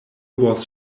was